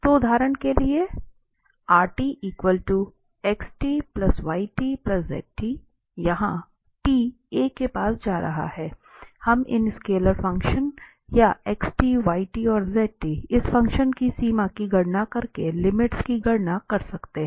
तो उदाहरण के लिए यहाँ t a के पास जा रहा है हम इन स्केलर फंक्शन या इस फ़ंक्शन की सीमा की गणना करके लिमिट्स की गणना कर सकते हैं